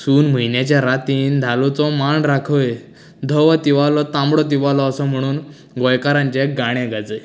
सून म्हयन्याच्या रातीन धालोचो मांड राखय धवो तिवालो तांबडो तिवालो असो म्हुणून गोंयकाराचें गाणें गाजय